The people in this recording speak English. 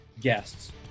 guests